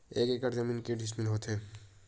एक एकड़ जमीन मा के डिसमिल होथे?